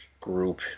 group